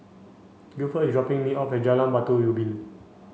Gilford is dropping me off at Jalan Batu Ubin